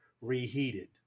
reheated